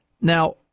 Now